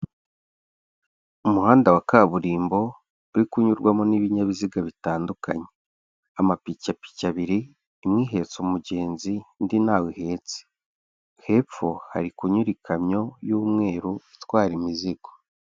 Umuhanda wa kaburimbo, uri kunyurwamo n'ibinyabiziga bitandukanye, amapikipiki abiri, imwe ihetse umugenzi, indi ntawe ihetse, hepfo hari kunyura ikamyo y'umweru itwara imizigo.